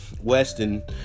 Weston